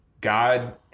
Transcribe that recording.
God